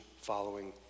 following